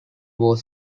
was